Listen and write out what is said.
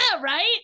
right